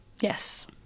Yes